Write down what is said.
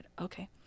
Okay